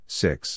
six